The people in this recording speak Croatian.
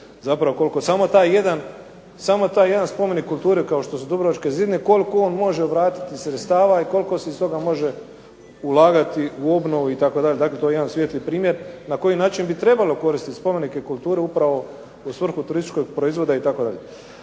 zapravo koliko samo taj jedan spomenik kulture kao što su dubrovačke zidine, koliko on može vratiti sredstava i koliko se iz toga može ulagati u obnovu itd. Dakle, to je jedan svijetli primjer na koji način bi trebalo koristiti spomenike kulture upravo u svrhu turističkog proizvoda itd.